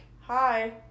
hi